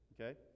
Okay